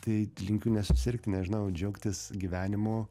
tai linkiu nesusirgt nežinau džiaugtis gyvenimu